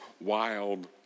wild